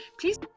please